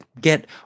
get